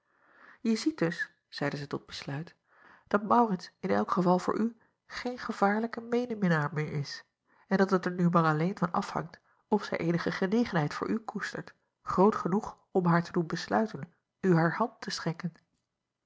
e ziet dus zeide zij tot besluit dat aurits in elk geval voor u geen gevaarlijke medeminnaar meer is en dat het er nu maar alleen van afhangt of zij eenige genegenheid voor u koestert groot genoeg om haar te doen besluiten u haar hand te schenken